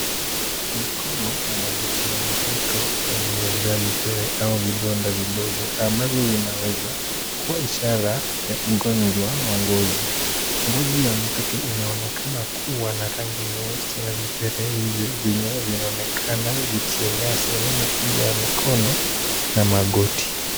Mkono na magoti ya mtoto yaliyojaa vipele au vidonda vidogo ambavyo vinaweza kuwa ishara ya ugonjwa wa ngozi. Ngozi ya mtoto inaonekana kuwa na rangi nyeusi na vipele hivyo vyenye vinaonekana vikienea sehemu kubwa ya mikono na magoti.